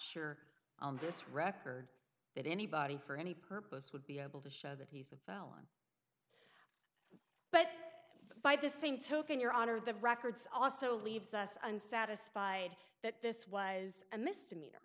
sure on this record that anybody for any purpose would be able to show that he's a felon but by the same token your honor the records also leaves us unsatisfied that this was a misdemeanor